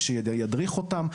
מי שידריך אותם.